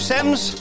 Sims